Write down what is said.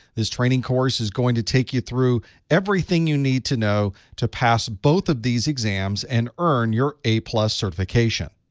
this training course is going to take you through everything you need to know to pass both of these exams and earn your a certification.